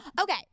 Okay